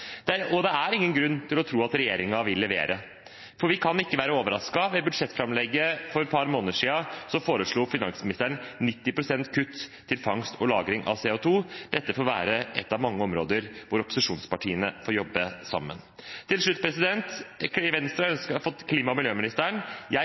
år siden. Det er ingen grunn til å tro at regjeringen vil levere. Vi kan ikke være overrasket. Ved budsjettframlegget for et par måneder siden foreslo finansministeren 90 pst. kutt til fangst og lagring av CO 2 . Dette får være ett av mange områder hvor opposisjonspartiene får jobbe sammen. Venstre har fått klima- og miljøministeren. Jeg ønsker ham lykke til